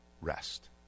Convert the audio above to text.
rest